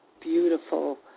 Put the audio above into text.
beautiful